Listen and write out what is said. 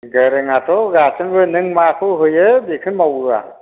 गोरोङाथ' गासिबो नों माखौ होयो बिखौनो मावो आं